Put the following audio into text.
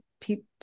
people